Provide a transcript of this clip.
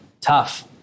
tough